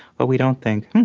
but we don't think,